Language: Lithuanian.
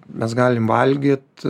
mes galim valgyt